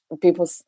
people